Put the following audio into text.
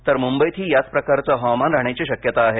तर मुंबईतही याचप्रकारचे हवामान राहण्याची शक्यता आहे